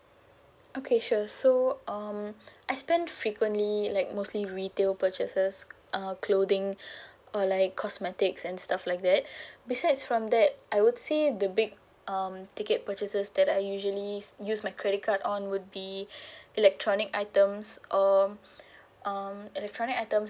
okay sure so um I spent frequently like mostly retail purchases uh clothing or like cosmetics and stuff like that besides from that I would say the big um ticket purchases that I usually use my credit card on would be electronic items or um electronic items